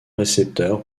récepteur